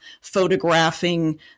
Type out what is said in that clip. photographing